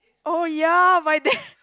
oh ya by then